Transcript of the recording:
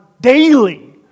daily